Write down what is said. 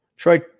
Troy